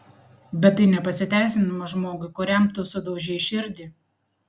bet tai ne pasiteisinimas žmogui kuriam tu sudaužei širdį